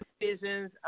decisions